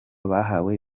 bahawe